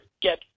get